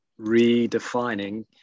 redefining